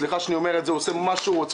סליחה שאני אומר את זה הוא עושה מה שהוא רוצה.